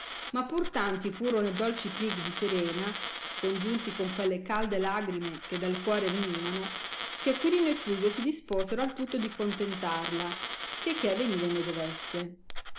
ma pur tanti furono e dolci prieghi di serena congiunti con quelle calde lagrime che dal cuore venivano che acquirino e fluvio si disposero al tutto di contentarla che che avenire ne dovesse